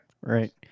Right